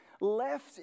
left